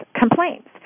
complaints